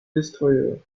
destroyers